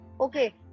okay